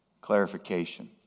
clarification